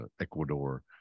Ecuador